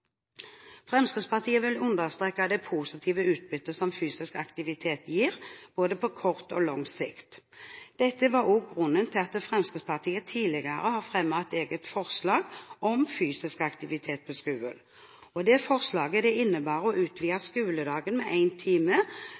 Fremskrittspartiet vil understreke det positive utbyttet som fysisk aktivitet gir på både kort og lang sikt. Dette var også grunnen til at Fremskrittspartiet tidligere fremmet et eget forslag om fysisk aktivitet på skolen, et forslag som innebar å utvide skoledagen med én time.